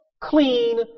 clean